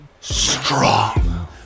Strong